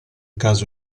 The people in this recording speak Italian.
caso